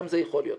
גם זה יכול להיות.